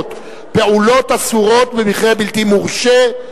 המכרות (פעולות אסורות במכרה בלתי מורשה),